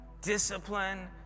discipline